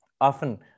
often